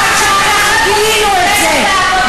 עד שאנחנו גילינו את זה.